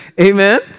Amen